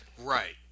Right